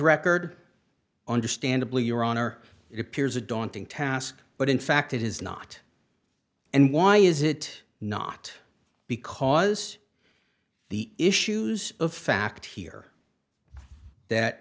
record understandably your honor it appears a daunting task but in fact it is not and why is it not because the issues of fact here that